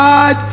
God